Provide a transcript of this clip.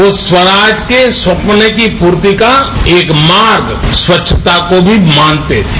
वह स्वराजय के सपने की पूर्ति का एक मार्ग स्वच्छता को भी मानते थे